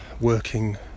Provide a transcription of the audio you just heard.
working